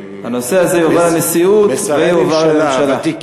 הנושא הזה יועבר לנשיאות ויועבר לממשלה.